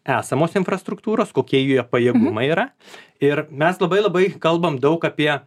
esamos infrastruktūros kokie joje pajėgumai yra ir mes labai labai kalbam daug apie